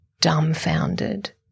dumbfounded